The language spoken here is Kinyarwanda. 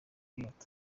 inyota